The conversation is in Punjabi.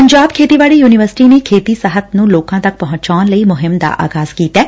ਪੰਜਾਬ ਖੇਤੀਬਾਤੀ ਯੁਨੀਵਰਸਿਟੀ ਨੇ ਖੇਤੀ ਸਾਹਿਤ ਨੁੰ ਲੋਕਾਂ ਤੱਕ ਪਹੁੰਚਾਣ ਲਈ ਮੁਹਿੰਮ ਦਾ ਆਗਾਜ਼ ਕੀਤੈ